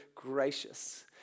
gracious